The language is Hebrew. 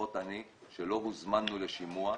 לרבות אני, שלא הוזמנו לשימוע,